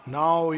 now